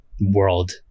world